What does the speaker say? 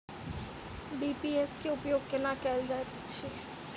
BBPS केँ उपयोग केना कएल जाइत अछि?